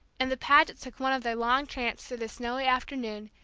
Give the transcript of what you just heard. and the pagets took one of their long tramps through the snowy afternoon,